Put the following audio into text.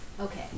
Okay